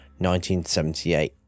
1978